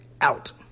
Out